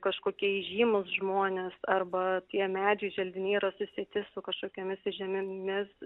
kažkokie įžymūs žmonės arba tie medžiai želdiniai yra susieti su kažkokiomis įžymiomis